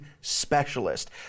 specialist